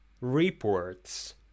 reports